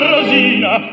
Rosina